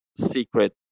secret